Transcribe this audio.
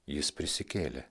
jis prisikėlė